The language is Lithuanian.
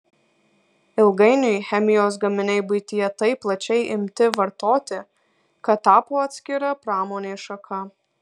ilgainiui chemijos gaminiai buityje taip plačiai imti vartoti kad tapo atskira pramonės šaka